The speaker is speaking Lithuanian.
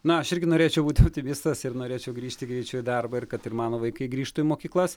na aš irgi norėčiau būti visas ir norėčiau grįžti greičiau į darbą ir kad ir mano vaikai grįžtų į mokyklas